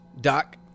Doc